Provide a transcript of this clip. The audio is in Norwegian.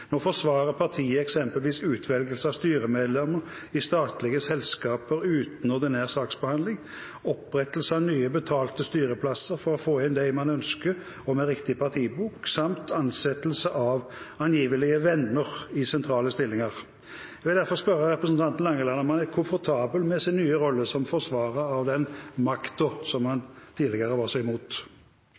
Nå forsvarer partiet eksempelvis utvelgelse av styremedlemmer i statlige selskaper uten ordinær saksbehandling, opprettelse av nye betalte styreplasser for å få inn dem man ønsker – med riktig partibok – samt ansettelse av angivelige venner i sentrale stillinger. Jeg vil derfor spørre representanten Langeland om han er komfortabel med sin nye rolle som forsvarer av den «maktå» som han tidligere var så imot?